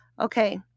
Okay